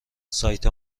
سایت